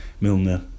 Milner